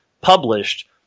published